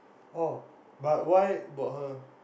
oh but why about her